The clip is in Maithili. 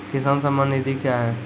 किसान सम्मान निधि क्या हैं?